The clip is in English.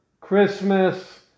Christmas